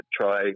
try